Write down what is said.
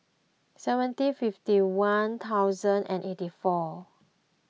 seventy fifty one thousand and eighty four